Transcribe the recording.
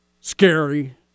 scary